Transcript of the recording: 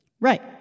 Right